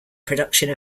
production